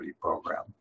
program